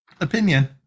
opinion